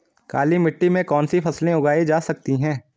काली मिट्टी में कौनसी फसलें उगाई जा सकती हैं?